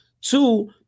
Two